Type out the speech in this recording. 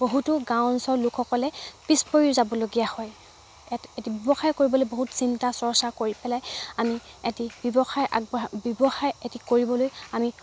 বহুতো গাঁও অঞ্চলৰ লোকসকলে পিছ পৰিও যাবলগীয়া হয় এ এটি ব্যৱসায় কৰিবলৈ বহুত চিন্তা চৰ্চা কৰি পেলাই আমি এটি ব্যৱসায় আগবঢ়া ব্যৱসায় এটি কৰিবলৈ আমি